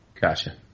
Gotcha